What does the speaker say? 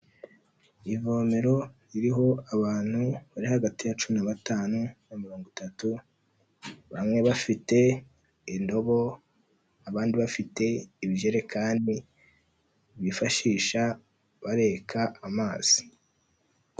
Ivomero ririho abantu bari hagati ya cumi na batanu na mirongo itatu bamwe bafite indobo abandi bafite ibijerekani bifashisha bareka amazi.